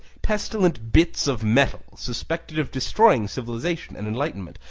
pestilent bits of metal suspected of destroying civilization and enlightenment,